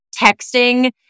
texting